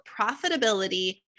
profitability